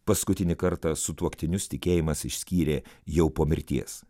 paskutinį kartą sutuoktinius tikėjimas išskyrė jau po mirties